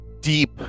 deep